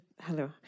hello